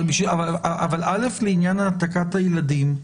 אבל לעניין העתקת הילדים.